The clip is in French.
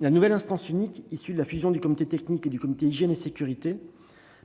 La nouvelle instance unique, issue de la fusion du comité technique et du comité d'hygiène, de sécurité et des conditions de travail,